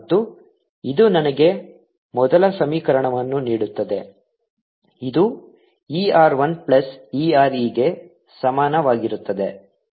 ಮತ್ತು ಇದು ನನಗೆ ಮೊದಲ ಸಮೀಕರಣವನ್ನು ನೀಡುತ್ತದೆ ಇದು e r I plus e r e ಗೆ ಸಮಾನವಾಗಿರುತ್ತದೆ